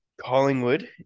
Collingwood